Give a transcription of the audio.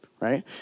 right